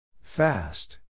Fast